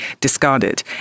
discarded